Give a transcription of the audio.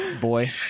boy